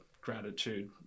gratitude